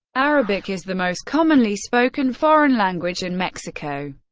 arabic is the most commonly spoken foreign language in mexico.